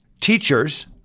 Teachers